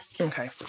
Okay